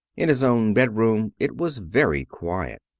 in his own bedroom it was very quiet.